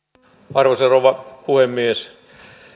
arvoisa rouva puhemies